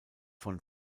von